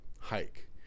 hike